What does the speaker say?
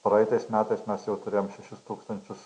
praeitais metais mes jau turėjom šešis tūkstančius